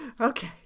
Okay